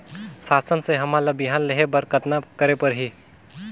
शासन से हमन ला बिहान लेहे बर कतना करे परही?